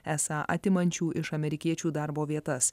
esą atimančių iš amerikiečių darbo vietas